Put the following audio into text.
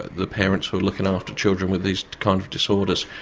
the parents who are looking after children with these kind of disorders,